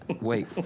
wait